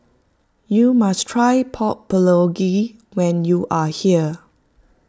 you must try Pork Bulgogi when you are here